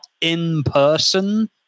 in-person